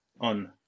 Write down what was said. on